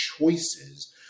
choices